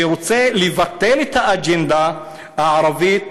שרוצה לבטל את האג'נדה הערבית,